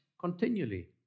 continually